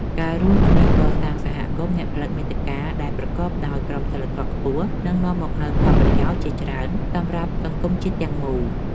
ការរួមគ្នាកសាងសហគមន៍អ្នកផលិតមាតិកាដែលប្រកបដោយក្រមសីលធម៌ខ្ពស់នឹងនាំមកនូវផលប្រយោជន៍ជាច្រើនសម្រាប់សង្គមជាតិទាំងមូល។